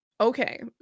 Okay